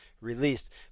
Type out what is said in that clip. released